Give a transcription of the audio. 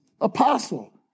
apostle